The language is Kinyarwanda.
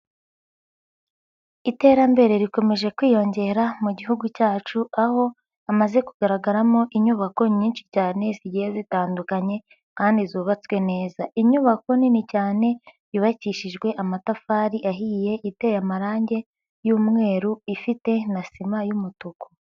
Iterambere rikomeje kwiyongera mu gihugu cyacu aho hamaze kugaragaramo inyubako nyinshi cyane zigiye zitandukanye kandi zubatswe neza, inyubako nini cyane yubakishijwe amatafari ahiye, iteye amarangi y'umweru, ifite na sima y'umutuku.